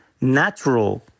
natural